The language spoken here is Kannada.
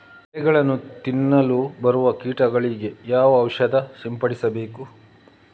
ಎಲೆಗಳನ್ನು ತಿನ್ನಲು ಬರುವ ಕೀಟಗಳಿಗೆ ಯಾವ ಔಷಧ ಸಿಂಪಡಿಸಬೇಕು?